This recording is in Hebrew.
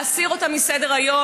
להסיר אותה מסדר-היום,